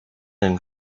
and